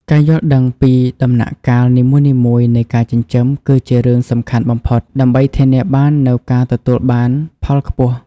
ការយល់ដឹងពីដំណាក់កាលនីមួយៗនៃការចិញ្ចឹមគឺជារឿងសំខាន់បំផុត ដើម្បីធានាបាននូវការទទួលបានផលខ្ពស់។